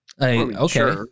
Okay